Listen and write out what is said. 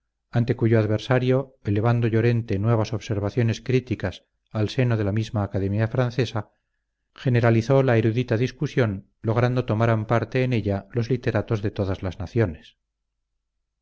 ante cuyo adversario elevando llorente nuevas observaciones críticas al seno de la misma academia francesa generalizó la erudita discusión logrando tomaran parte en ella los literatos de todas las naciones